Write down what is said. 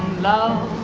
love